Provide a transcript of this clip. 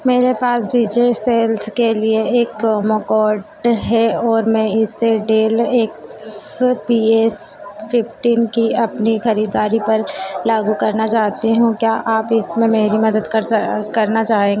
मेरे पास जो जो सेल्स के लिए एक प्रोमो कोड है और मैं एक डेल है यह फिफ्टीन की अपनी खरीदारी पर लागू करना चाहती हूँ क्या आप इसमें मेरी मदद करना चाहें